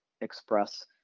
express